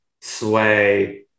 sway